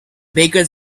bakers